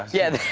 yeah.